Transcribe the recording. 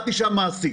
את אישה מעשית.